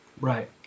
Right